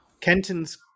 Kenton's